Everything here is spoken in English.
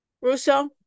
Russo